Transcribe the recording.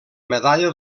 medalla